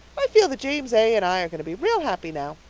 i feel that james a. and i are going to be real happy now.